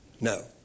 No